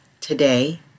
today